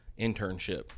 internship